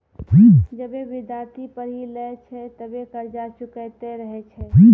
जबे विद्यार्थी पढ़ी लै छै तबे कर्जा चुकैतें रहै छै